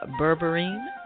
berberine